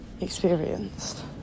experienced